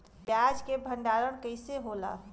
प्याज के भंडारन कइसे होला?